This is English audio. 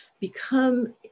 become